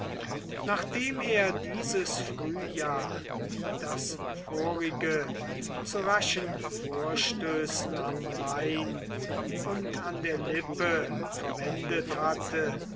nachdem er dieses frühjahr wie das vorige zu raschen vorstößen am main und an der lippe verwendet hatte